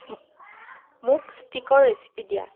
মোক ষ্টিকৰ ৰেচিপি দিয়া